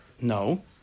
No